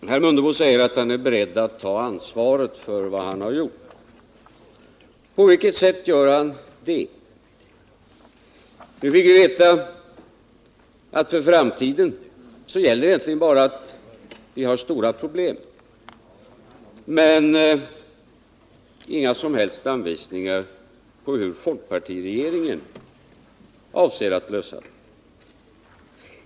Herr talman! Herr Mundebo säger att han är beredd att ta ansvaret för vad han har gjort. På vilket sätt gör han det? Vi fick veta att för framtiden gäller egentligen bara att vi har stora problem, men vi fick inga som helst anvisningar på hur folkpartiregeringen avser att lösa dem.